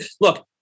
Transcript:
look